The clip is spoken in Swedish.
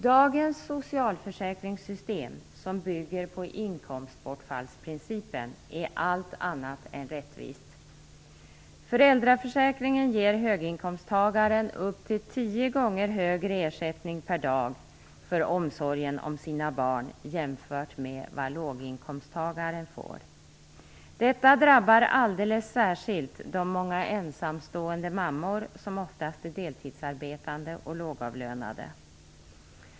Dagens socialförsäkringssystem, som bygger på inkomstbortfallsprincipen, är allt annat än rättvist. Föräldraförsäkringen ger, jämfört med vad låginkomsttagaren får, höginkomsttagaren upp till tio gånger högre ersättning per dag för omsorgen om sina barn. Detta drabbar alldeles särskilt de många ensamstående mammor som oftast är deltidsarbetande och lågavlönade.